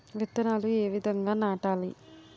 విత్తనాలు ఏ విధంగా నాటాలి?